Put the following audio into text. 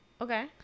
Okay